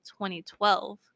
2012